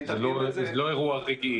זה לא אירוע רגעי.